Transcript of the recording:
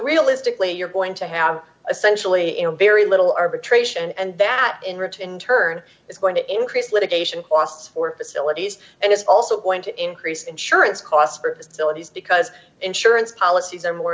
realistically you're going to have a sensually in very little arbitration and that in return in turn it's going to increase litigation costs for facilities and it's also going to increase insurance costs for facilities because insurance policies are more